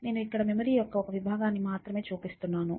నేను ఇక్కడ మెమొరీ యొక్క ఒక విభాగాన్ని మాత్రమే చూపిస్తున్నాను